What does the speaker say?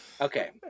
okay